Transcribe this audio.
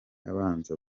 abanza